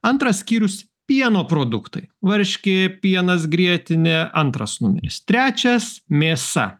antras skyrius pieno produktai varškė pienas grietinė antras numeris trečias mėsa